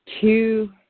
Two